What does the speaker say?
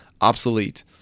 obsolete